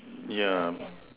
yeah